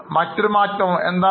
അപ്പോൾ എൻട്രി എന്തായിരിക്കും